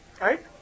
right